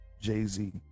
Jay-Z